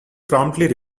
promptly